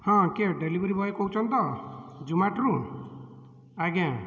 ହଁ କିଏ delivery boy କହୁଛନ୍ତି ତ ଜୋମାଟ୍ରୁ ଆଜ୍ଞା